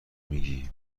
میگی